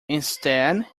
instead